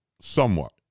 somewhat